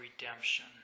redemption